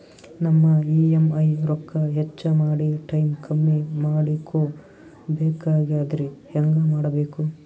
ನಮ್ಮ ಇ.ಎಂ.ಐ ರೊಕ್ಕ ಹೆಚ್ಚ ಮಾಡಿ ಟೈಮ್ ಕಮ್ಮಿ ಮಾಡಿಕೊ ಬೆಕಾಗ್ಯದ್ರಿ ಹೆಂಗ ಮಾಡಬೇಕು?